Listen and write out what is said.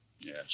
Yes